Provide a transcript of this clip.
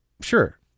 Sure